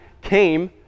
came